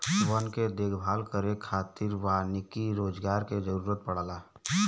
वन के देखभाल करे खातिर वानिकी रोजगार के जरुरत पड़ला